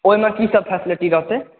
ओहिमे की सब फेस्लिटी रहतै